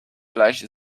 fleisch